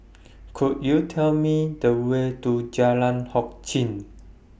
Could YOU Tell Me The Way to Jalan Hock Chye